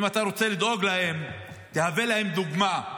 אם אתה רוצה לדאוג להם, תהווה להם דוגמה,